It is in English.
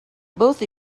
both